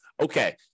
okay